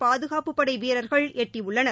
பாதுகாப்புப்படை வீரர்கள் எட்டியுள்ளனர்